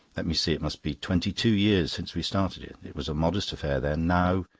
let me see, it must be twenty-two years since we started it. it was a modest affair then. now.